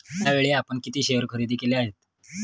यावेळी आपण किती शेअर खरेदी केले आहेत?